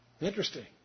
Interesting